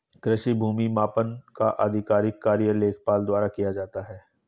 कृषि भूमि मापन का आधिकारिक कार्य लेखपाल द्वारा किया जाता है